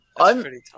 I'm-